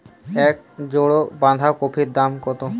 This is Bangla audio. এক জোড়া বাঁধাকপির দাম কত?